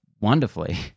wonderfully